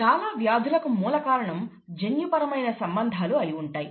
చాలా వ్యాధులకు మూల కారణం జన్యుపరమైన సంబంధాలు అయి ఉంటాయి